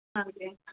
ਹਾਂਜੀ